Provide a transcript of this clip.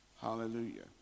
Hallelujah